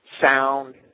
sound